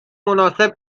مناسب